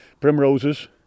primroses